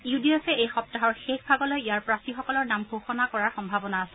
U D এফে এই সপ্তাহৰ শেষ ভাগলৈ ইয়াৰ প্ৰাৰ্থীসকলৰ নাম ঘোষণা কৰাৰ সম্ভাৱনা আছে